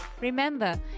Remember